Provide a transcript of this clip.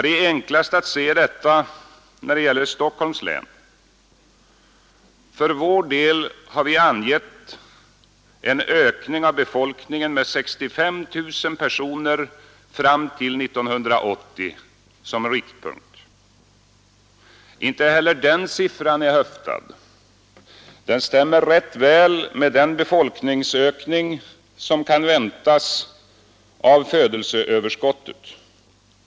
Det är enklast att se detta när det gäller Stockholms län. För vår del har vi angett en ökning av befolkningen med 65 000 personer fram till 1980 som riktpunkt. Inte heller den siffran är höftad. Den stämmer rätt väl med den befolkningsökning som kan väntas av födelseöverskottet.